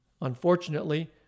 Unfortunately